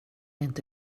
inte